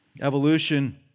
Evolution